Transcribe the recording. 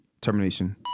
Termination